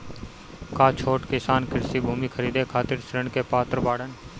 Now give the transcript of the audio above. का छोट किसान कृषि भूमि खरीदे खातिर ऋण के पात्र बाडन?